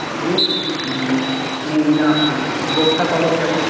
ওই গোপসাই কলেজ যাব